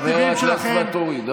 חבר הכנסת ואטורי,